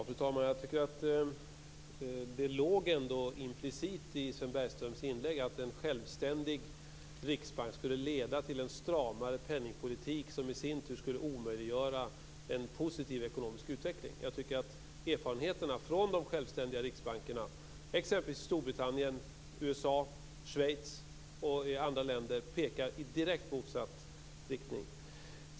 Fru talman! Jag tycker ändå att det låg implicit i Sven Bergströms anförande att en självständig riksbank skulle leda till en stramare penningpolitik, som i sin tur skulle omöjliggöra en positiv ekonomisk utveckling. Jag tycker att erfarenheterna från de självständiga riksbankerna i exempelvis Storbritannien, USA och Schweiz och i andra länder pekar i rakt motsatt riktning.